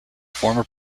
former